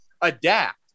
adapt